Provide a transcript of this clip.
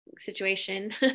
situation